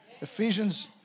Ephesians